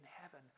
heaven